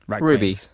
Ruby